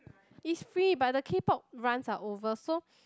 it's free but the K-pop runs are over so